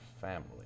family